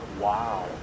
Wow